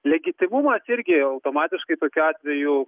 legitimumas irgi automatiškai tokiu atveju